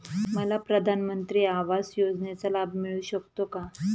मला प्रधानमंत्री आवास योजनेचा लाभ मिळू शकतो का?